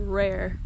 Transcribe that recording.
rare